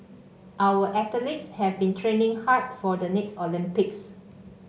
our athletes have been training hard for the next Olympics